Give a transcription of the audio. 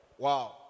Wow